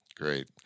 Great